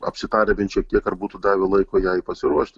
apsitarę bent šiek tiek ar būtų davę laiko jai pasiruošti